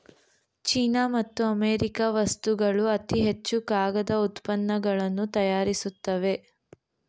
China ಮತ್ತು America ವಸ್ತುಗಳು ಅತಿ ಹೆಚ್ಚು ಕಾಗದ ಉತ್ಪನ್ನಗಳನ್ನು ತಯಾರಿಸುತ್ತವೆ